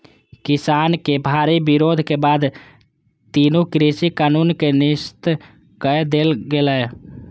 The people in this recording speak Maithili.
किसानक भारी विरोध के बाद तीनू कृषि कानून कें निरस्त कए देल गेलै